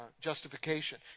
justification